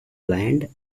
land